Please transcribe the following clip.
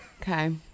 Okay